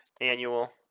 annual